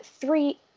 three